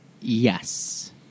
Yes